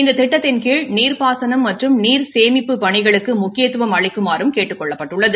இந்த திட்டத்தின் கீழ் நீாபாசனம் மற்றும் நீா் சேமிப்புப் பணிகளுக்கு முக்கியத்துவம் அளிக்குமாறும் கேட்டுக் கொள்ளப்பட்டுள்ளது